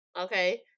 Okay